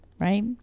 Right